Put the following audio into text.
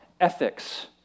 ethics